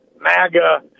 MAGA